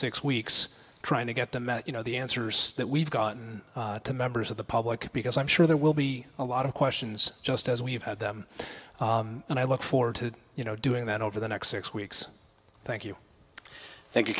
six weeks trying to get them you know the answers that we've gotten to members of the public because i'm sure there will be a lot of questions just as we've had them and i look forward to you know doing that over the next six weeks thank you thank you